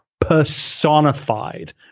personified